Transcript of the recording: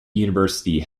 university